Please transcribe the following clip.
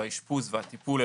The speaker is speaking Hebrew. האשפוז והטיפול,